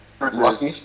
Lucky